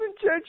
judge